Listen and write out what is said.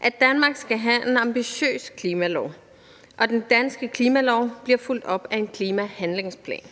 at Danmark skal have en ambitiøs klimalov, og den danske klimalov bliver fulgt op af en klimahandlingsplan.